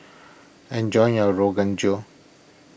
enjoy your Rogan Josh